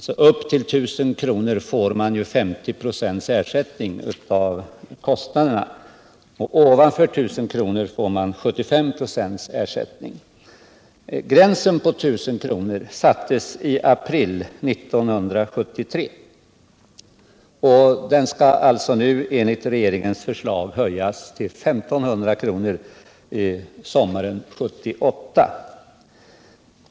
Man får nu 50 96 ersättning för tandvårdskostnader upp till 1 000 kr., och ovanför denna gräns får man 75 96. Jag vill då påminna om att gränsen vid 1 000 kr. sattes i april 1973. Den skall alltså enligt regeringens förslag höjas till 1 500 kr. sommaren 1978.